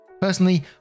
Personally